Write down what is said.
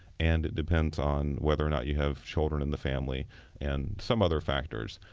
and it depends on whether or not you have children in the family and some other factors.